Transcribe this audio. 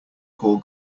call